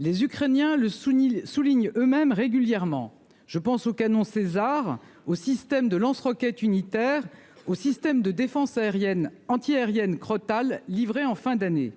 les Ukrainiens le Sunil soulignent eux mêmes régulièrement, je pense aux canons Caesar au système de lance-roquettes unitaires au système de défense aérienne anti- aérienne Crotale livré en fin d'année.